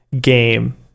game